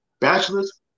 bachelors